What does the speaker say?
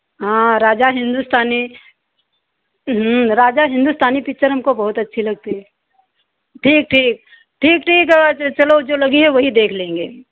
हाँ राजा हिन्दुस्तानी हम्म राजा हिंदुस्तानी पिक्चर हमको बहुत अच्छी लगती है ठीक ठीक ठीक ठीक चलो चलो जो है वही देख लेंगे